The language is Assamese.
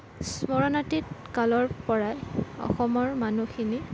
স্মৰণাতীত কালৰপৰাই অসমৰ মানুহখিনি